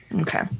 Okay